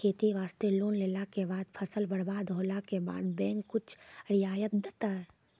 खेती वास्ते लोन लेला के बाद फसल बर्बाद होला के बाद बैंक कुछ रियायत देतै?